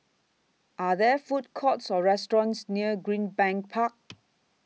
Are There Food Courts Or restaurants near Greenbank Park